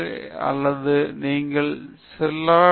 இங்கே இணைந்தபோது நான் என்னென்னவோ யோசித்துப் பார்க்கிறேன்